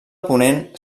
ponent